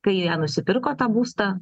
kai jie nusipirko tą būstą